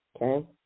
Okay